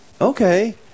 Okay